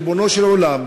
ריבונו של עולם,